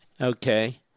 Okay